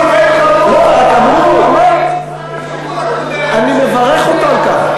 לא, רק אמרו, אני מברך אותו על כך.